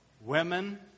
women